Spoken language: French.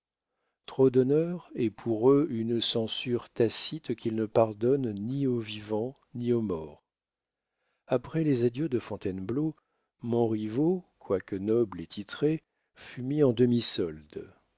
trop d'honneur est pour eux une censure tacite qu'ils ne pardonnent ni aux vivants ni aux morts après les adieux de fontainebleau montriveau quoique noble et titré fut mis en